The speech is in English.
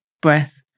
breath